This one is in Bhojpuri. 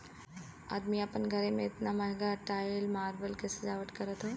अदमी आपन घरे मे एतना महंगा टाइल मार्बल के सजावट करत हौ